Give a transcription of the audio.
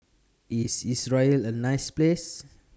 IS Israel A nice Place